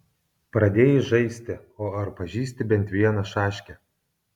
pradėjai žaisti o ar pažįsti bent vieną šaškę